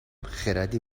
خردی